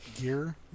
gear